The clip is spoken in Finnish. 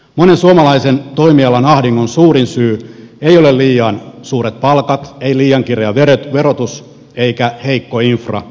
monen suomalaisen toimialan ahdingon suurin syy ei ole liian suuret palkat ei liian kireä verotus eikä heikko infra